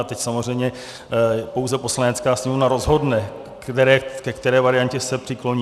A teď samozřejmě pouze Poslanecká sněmovna rozhodne, ke které variantě se přikloní.